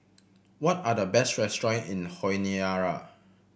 what are the best restaurant in Honiara